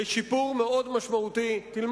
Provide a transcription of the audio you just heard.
לשיפור מאוד משמעותי, מה